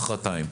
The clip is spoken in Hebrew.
מחרתיים,